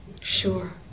sure